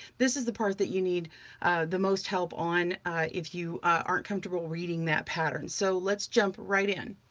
this is the part that you need the most help on if you aren't comfortable reading that pattern. so let's jump right in.